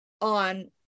on